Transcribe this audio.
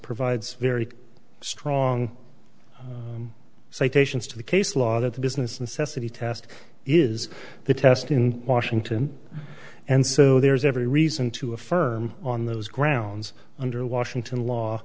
provides very strong citations to the case law that the business and ceci test is the test in washington and so there is every reason to affirm on those grounds under washington